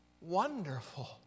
wonderful